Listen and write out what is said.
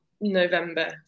November